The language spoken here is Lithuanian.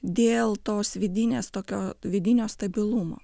dėl tos vidinės tokio vidinio stabilumo